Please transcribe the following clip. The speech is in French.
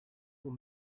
pour